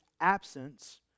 absence